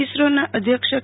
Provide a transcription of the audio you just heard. ઈસરોના અધ્યક્ષ ડો